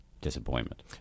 Disappointment